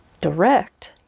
direct